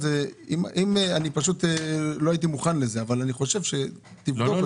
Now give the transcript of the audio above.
לא הייתי מוכן לזה, אבל אני חושב שצריך לבדוק.